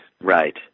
Right